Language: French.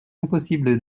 impossible